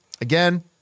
Again